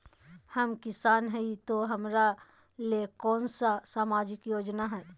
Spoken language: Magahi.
हम किसान हई तो हमरा ले कोन सा सामाजिक योजना है?